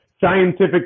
scientific